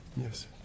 Yes